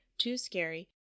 tooscary